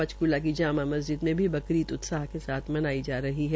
पंचकूला की जामा मस्जिद में भी बकरीद उत्साह के साथ मनाई जा रही है